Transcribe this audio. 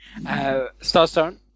Starstone